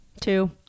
Two